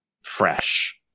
fresh